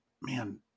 man